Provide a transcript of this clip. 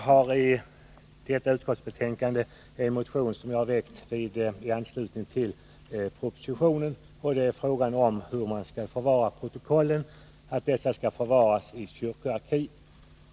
Herr talman! Jag har i anslutning till propositionen väckt en motion om hur protokollen skall förvaras.